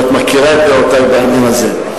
ואת מכירה את דעותי בעניין הזה.